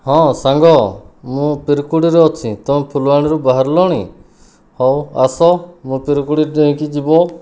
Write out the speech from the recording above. ହଁ ସାଙ୍ଗ ମୁଁ ତିର୍କୁଡି ରେ ଅଛି ତମେ ଫୁଲବାଣୀରୁ ବାହାରିଲଣି ହଉ ଆସ ମୁଁ ତିର୍କୁଡି ଡେଇଁକି ଯିବ